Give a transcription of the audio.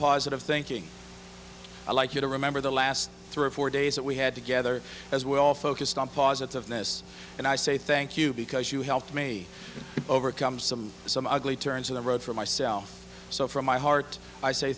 positive thinking i like you to remember the last three or four days that we had together as well focused on positiveness and i say thank you because you helped me overcome some some ugly turns in the road for myself so from my heart i say